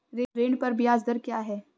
ऋण पर ब्याज दर क्या है?